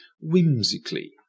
whimsically